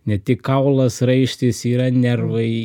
ne tik kaulas raištis yra nervai